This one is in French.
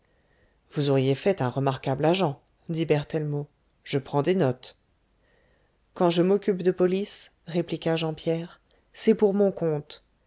vous auriez fait un remarquable agent dit berthellemot je prends des notes quand je m'occupe de police répliqua jean pierre c'est pour mon compte